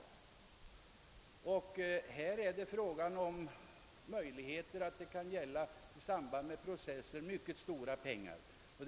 Det kan bli fråga om processer som gäller mycket stora summor pengar.